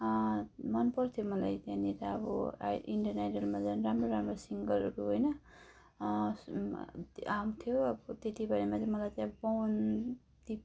मनपर्थ्यो मलाई त्यहाँनिर अब आइ इन्डियन आइडलमा झन् राम्रो राम्रो सिङ्गरहरू होइन आउँथ्यो अब त्यतिभरिमा चाहिँ मलाई चाहिँ अब पवनदीप